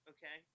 Okay